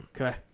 Okay